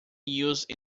used